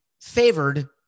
favored